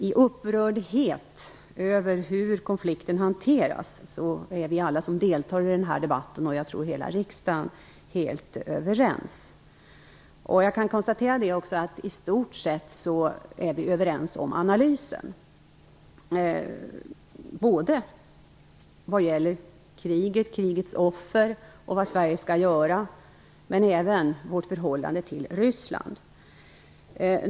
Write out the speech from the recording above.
I vår upprördhet över hur konflikten hanteras är vi alla som deltar i den här debatten - och jag tror hela riksdagen - helt överens. Jag kan också konstatera att vi i stort sett är överens om analysen när det gäller kriget, krigets offer, vad Sverige skall göra men även om vårt förhållande till Ryssland.